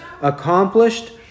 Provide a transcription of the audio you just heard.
accomplished